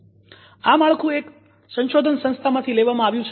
આ માળખું એક સંશોધન સંસ્થામાંથી લેવામાં આવ્યું છે